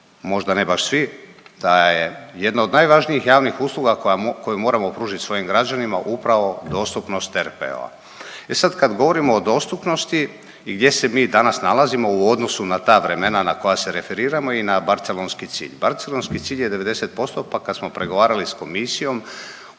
možda ne baš svi, da je jedna od najvažnijih javnih usluga koju moramo pružit svojim građanima upravo dostupnost RPO-a. E sad, kad govorimo o dostupnosti i gdje se mi danas nalazimo u odnosu na ta vremena na koja se referiramo i na Barcelonski cilj. Barcelonski cilj je 90% pa kad smo pregovarali s komisijom,